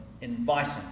inviting